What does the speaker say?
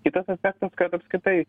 kitas aspektas kad apskritai